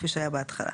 כפי שהיה בהתחלה.